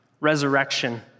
resurrection